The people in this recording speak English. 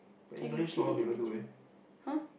I can fit it in between [huh]